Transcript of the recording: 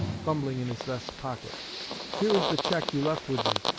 fumbling in his vest pocket here is the check you left with me.